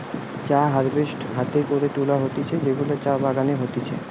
চা হারভেস্ট হাতে করে তুলা হতিছে যেগুলা চা বাগানে হতিছে